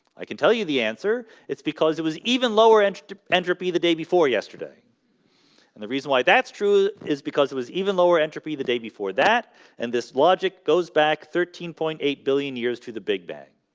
i can tell you the answer. it's because it was even lower entropy entropy the day before yesterday and the reason why that's true is because it was even lower entropy the day before that and this logic goes back thirteen point eight billion years to the big bang